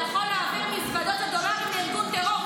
אתה יכול להעביר מזוודות של דולרים לארגון טרור.